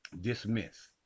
dismiss